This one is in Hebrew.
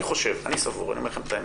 אני אומר לכם את האמת.